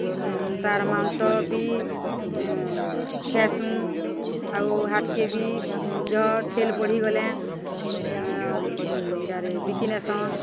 ତାର୍ ମାଂସ ବି ଖାଏସୁଁ ଆଉ ହାଟକେ ବି ଜହ ଛେଲ୍ ବଢ଼ିଗଲେ ଇଟାରେ ବିକି ନେସନ୍